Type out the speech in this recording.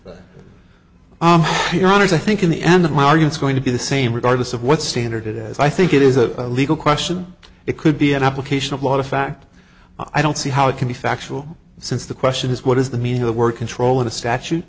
of your honor's i think in the end of my argue it's going to be the same regardless of what standard it is i think it is a legal question it could be an application of lot of fact i don't see how it can be factual since the question is what is the meaning of the word control of the statute